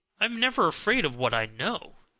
i am never afraid of what i know.